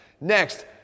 Next